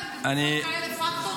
בתקופות כאלה פקטור,